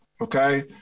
okay